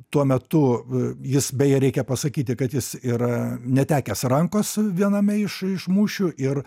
tuo metu jis beje reikia pasakyti kad jis yra netekęs rankos viename iš iš mūšių ir